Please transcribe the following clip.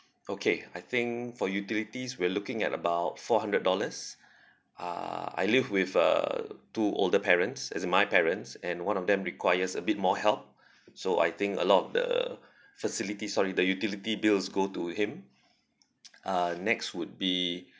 okay I think for utilities we're looking at about four hundred dollars uh I live with uh two older parents as in my parents and one of them requires a bit more help so I think a lot of the facility sorry the utility bills go to him uh next would be